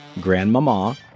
Grandmama